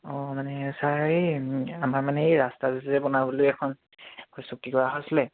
অঁ মানে ছাৰ এই আমাৰ মানে এই ৰাস্তাটো যে বনাবলৈ এখন চুক্তি কৰা হৈছিলে